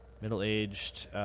Middle-aged